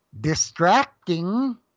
distracting